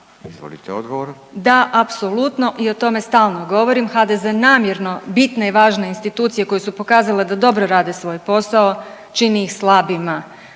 prezimenom)** Da, apsolutno i o tome stalno govorim. HDZ namjerno bitne i važne institucije koje su pokazale da dobro rade svoj posao čini ih slabima.